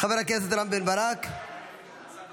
חבר הכנסת רם בן ברק, בבקשה.